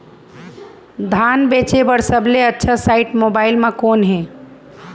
धान बेचे बर सबले अच्छा साइट मोबाइल म कोन हे?